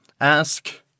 Ask